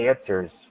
answers